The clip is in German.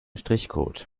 strichcode